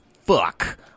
fuck